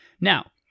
Now